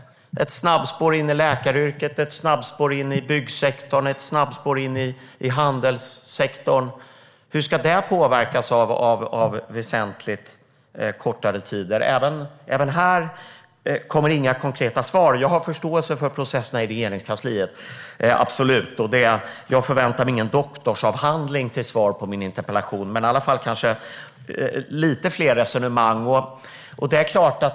Hur ska ett snabbspår in i läkaryrket, ett snabbspår in i byggsektorn eller ett snabbspår in i handelssektorn påverkas av väsentligt kortare tider? Även här kommer inga konkreta svar. Jag har förståelse för processerna i Regeringskansliet. Jag förväntar mig ingen doktorsavhandling till svar på min interpellation, men i alla fall några fler resonemang.